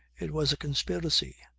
it was a conspiracy.